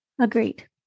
Agreed